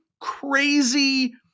crazy